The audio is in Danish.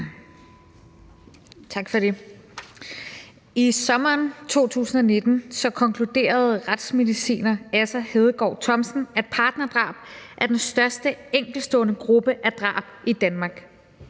Tak for det. I sommeren 2019 konkluderede retsmediciner Asser Hedegård Thomsen, at partnerdrab er den største enkeltstående gruppe af drab i Danmark.